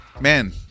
man